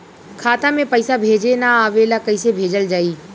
खाता में पईसा भेजे ना आवेला कईसे भेजल जाई?